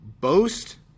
boast